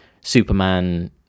superman